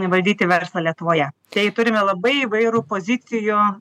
valdyti verslą lietuvoje tai turime labai įvairų pozicijų